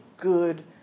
good